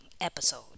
episode